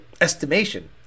estimation